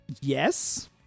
Yes